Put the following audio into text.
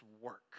work